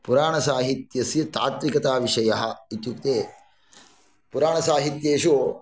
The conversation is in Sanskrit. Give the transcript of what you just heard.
पुराणसाहित्यस्य तात्विकताविषयः इत्युक्ते पुराणसाहित्येषु